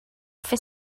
fer